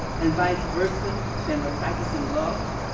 and vice versa, than we're practicing love?